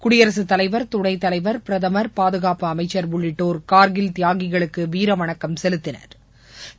குடியரசுத் தலைவா் துணைத் தலைவா் பிரதமா் பாதுகாப்பு அமைச்சா் உள்ளிட்டோர் கார்கில் தியாகிகளுக்கு வீர வணக்கம் செலுத்தினா்